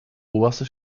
oberste